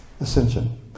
ascension